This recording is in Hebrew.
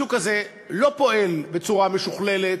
והשוק הזה לא פועל בצורה משוכללת.